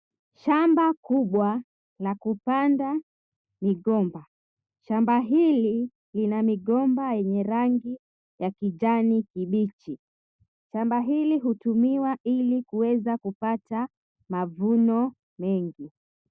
Shamba kubwa, la kupanda migomba. Shamba hili, lina migomba yenye rangi ya kijani kibichi. Shamba hili hutumiwa ili kuweza kupata mavuno mengi.